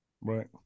Right